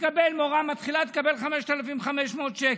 מורה מתחילה תקבל 5,500 שקל,